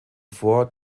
vor